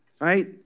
right